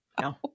no